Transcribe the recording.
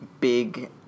big